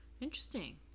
Interesting